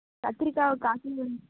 கத்திரிக்காய் ஒரு கால் கிலோ வேணும்